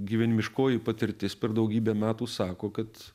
gyvenimiškoji patirtis per daugybę metų sako kad